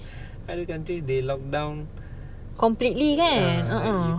completely kan uh uh